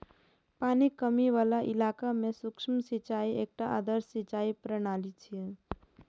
पानिक कमी बला इलाका मे सूक्ष्म सिंचाई एकटा आदर्श सिंचाइ प्रणाली छियै